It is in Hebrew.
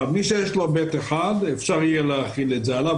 מי שיש לו ב1, אפשר יהיה להחיל את זה עליו.